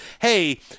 Hey